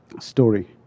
story